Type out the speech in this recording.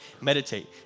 meditate